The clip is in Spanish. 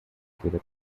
pide